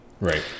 right